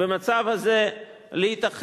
במצב הזה להתאחד